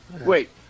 Wait